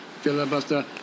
Filibuster